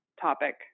topic